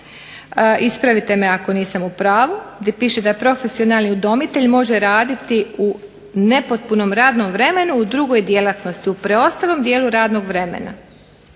ispravite me ako nisam u pravu, gdje piše da profesionalni udmoitelj može raditi u nepotpunom radnom vremenu u drugoj djelatnosti u preostalom dijelu radnog vremena.